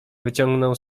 wyciągnął